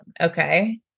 Okay